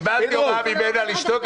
קיבלתי הוראה ממנה לשתוק.